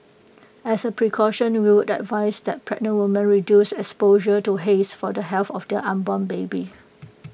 as A precaution we would advise that pregnant women reduce exposure to haze for the health of their unborn baby